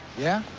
yeah?